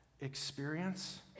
experience